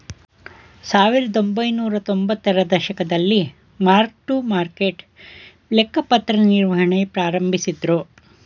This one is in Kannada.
ಸಾವಿರದಒಂಬೈನೂರ ತೊಂಬತ್ತರ ದಶಕದಲ್ಲಿ ಮಾರ್ಕ್ ಟು ಮಾರ್ಕೆಟ್ ಲೆಕ್ಕಪತ್ರ ನಿರ್ವಹಣೆ ಪ್ರಾರಂಭಿಸಿದ್ದ್ರು